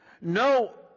No